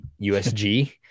USG